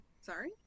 Sorry